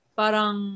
parang